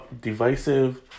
divisive